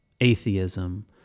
atheism